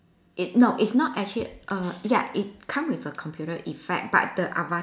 it no it's not actually err ya it come with a computer effect but the ava~